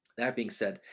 that being said,